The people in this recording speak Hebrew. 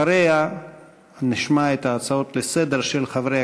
אחריה נשמע את ההצעות לסדר-היום של חברי